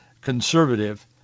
conservative